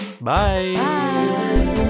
Bye